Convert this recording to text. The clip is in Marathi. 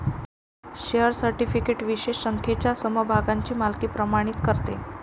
शेअर सर्टिफिकेट विशिष्ट संख्येच्या समभागांची मालकी प्रमाणित करते